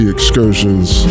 Excursions